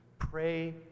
pray